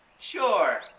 sure.